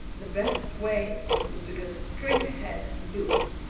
the best way was to go straight ahead and do it,